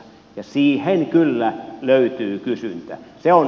ja siihen kyllä löytyy kysyntää